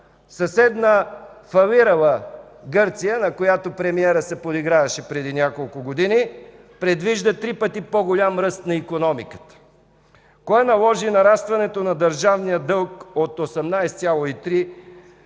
съседна фалирала Гърция, на която премиерът се подиграваше преди няколко години, предвижда три пъти по-голям ръст на икономиката. Кое наложи нарастване на държавния дълг от 18,3%